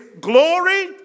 glory